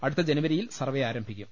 അടുത്ത ജനുവരിയിൽ സർവ്വേ ആരംഭിക്കും